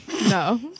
no